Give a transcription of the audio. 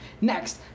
Next